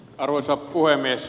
arvoisa puhemies